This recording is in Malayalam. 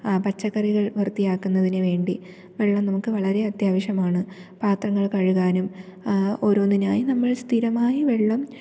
പച്ചക്കറികൾ വൃത്തിയാക്കുന്നതിനു വേണ്ടി വെള്ളം നമുക്ക് വളരെ അത്യാവശ്യമാണ് പാത്രങ്ങൾ കഴുകാനും ഓരോന്നിനായി നമ്മൾ സ്ഥിരമായി വെള്ളം